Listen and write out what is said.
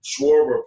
Schwarber